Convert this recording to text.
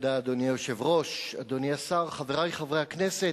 אדוני היושב-ראש, אדוני השר, חברי חברי הכנסת,